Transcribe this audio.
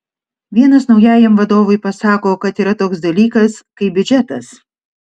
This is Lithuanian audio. vienas naujajam vadovui pasako kad yra toks dalykas kaip biudžetas